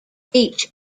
beach